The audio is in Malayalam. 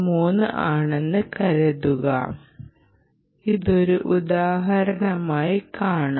3 ആണെന്ന് കരുതുക ഇത് ഒരു ഉദാഹരണമായി കാണാം